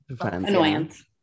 annoyance